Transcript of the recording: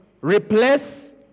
replace